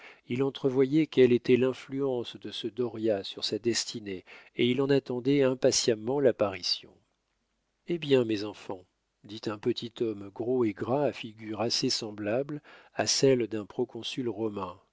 il entrevoyait quelle était l'influence de ce dauriat sur sa destinée et il en attendait impatiemment l'apparition hé bien mes enfants dit un petit homme gros et gras à figure assez semblable à celle d'un proconsul romain